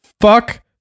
fuck